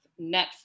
netflix